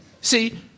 See